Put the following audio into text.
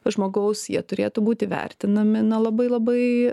žmogaus jie turėtų būti vertinami na labai labai